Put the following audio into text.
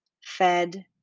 fed